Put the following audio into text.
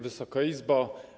Wysoka Izbo!